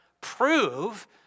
prove